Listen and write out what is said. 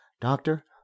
Doctor